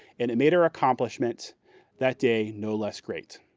and it made our accomplishment that day no less great.